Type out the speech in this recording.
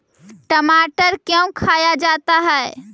टमाटर क्यों खाया जाता है?